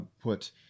put